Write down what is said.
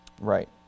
right